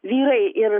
vyrai ir